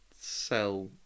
sell